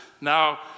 Now